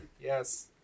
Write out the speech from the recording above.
yes